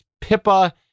Pippa